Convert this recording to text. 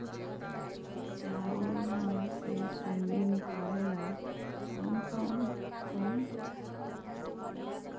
चाउर में से सुंडी निकले ला कौन दवाई दी?